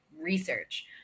research